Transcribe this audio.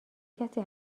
کسی